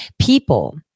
people